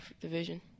division